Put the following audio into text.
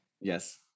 yes